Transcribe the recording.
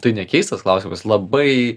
tai ne keistas klausimas labai